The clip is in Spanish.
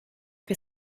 que